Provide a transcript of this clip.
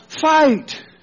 Fight